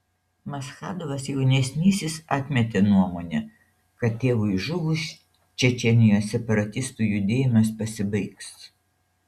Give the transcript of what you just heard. maschadovas jaunesnysis atmetė nuomonę kad tėvui žuvus čečėnijos separatistų judėjimas pasibaigs